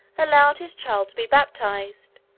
allowed his child to be baptised,